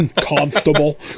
Constable